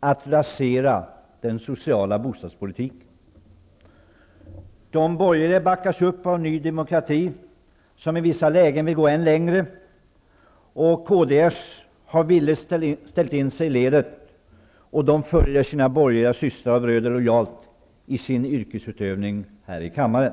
att rasera den sociala bostadspolitiken. De borgerliga backas upp av Ny demokrati som i vissa lägen vill gå än längre. Kds har villigt ställt in sig i ledet och följer sina borgerliga systrar och bröder lojalt i yrkesutövningen här i kammaren.